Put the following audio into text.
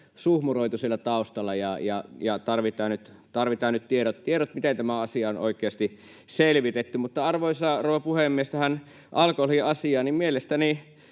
suhmuroitu siellä taustalla. Tarvitaan nyt tiedot, miten tämä asia on oikeasti selvitetty. Mutta, arvoisa rouva puhemies, tähän alkoholiasiaan: Mielestäni